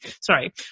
sorry